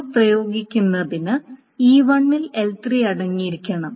ഇവ പ്രയോഗിക്കുന്നതിന് E1 ൽ L3 അടങ്ങിയിരിക്കണം